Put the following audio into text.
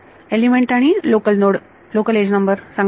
element आणि local node local edge number सांगा कोणता